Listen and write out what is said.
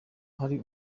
hari